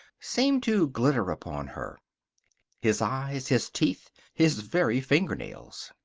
seemed to glitter upon her his eyes, his teeth, his very fingernails.